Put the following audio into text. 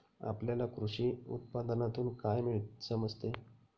आपल्याला कृषी उत्पादनातून काय समजते?